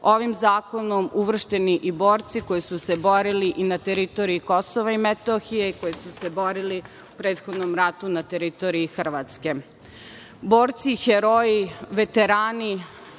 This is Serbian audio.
ovim zakonom uvršćeni i borci koji su se borili i na teritoriji Kosova i Metohije, koji su se borili u prethodnom ratu na teritoriji Hrvatske. Borci, heroji, veterani,